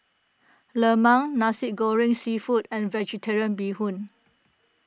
Lemang Nasi Goreng Seafood and Vvegetarian Bee Hoon